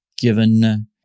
given